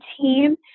team